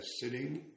sitting